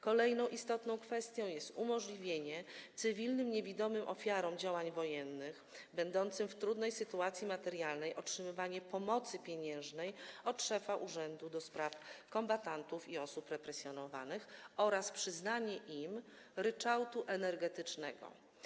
Kolejną istotną kwestią jest umożliwienie cywilnym niewidomym ofiarom działań wojennych będącym w trudnej sytuacji materialnej otrzymywania pomocy pieniężnej od szefa Urzędu do Spraw Kombatantów i Osób Represjonowanych oraz przyznanie im ryczałtu energetycznego.